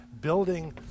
building